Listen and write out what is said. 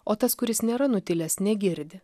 o tas kuris nėra nutilęs negirdi